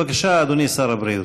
בבקשה, אדוני שר הבריאות.